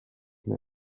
may